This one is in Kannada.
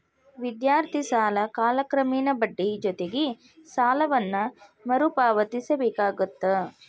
ವಿದ್ಯಾರ್ಥಿ ಸಾಲ ಕಾಲಕ್ರಮೇಣ ಬಡ್ಡಿ ಜೊತಿಗಿ ಸಾಲವನ್ನ ಮರುಪಾವತಿಸಬೇಕಾಗತ್ತ